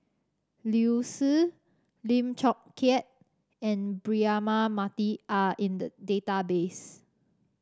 Liu Si Lim Chong Keat and Braema Mathi are in the database